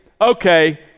okay